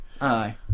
Aye